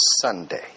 Sunday